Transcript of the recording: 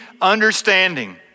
understanding